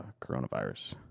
coronavirus